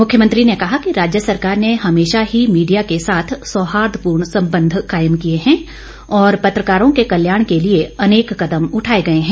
मुख्यमंत्री ने कहा कि राज्य सरकार ने हमेशा ही मीडिया के साथ सौहार्दपूर्ण संबंध कायम किए है और पत्रकारों के कल्याण के लिए अनेक कदम उठाए गए हैं